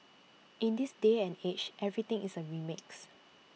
in this day and age everything is A remix